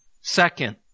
second